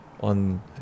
on